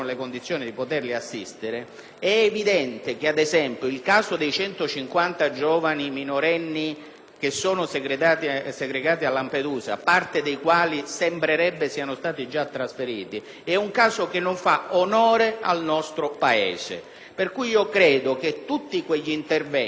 minorenni segregati a Lampedusa (parte dei quali sembrerebbe siano stati già trasferiti) è un caso che non fa onore al nostro Paese. Credo che gli interventi che vanno nel senso di rafforzare la tutela dei minori irregolari che arrivano nel nostro Paese e che si trovano,